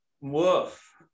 Woof